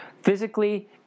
physically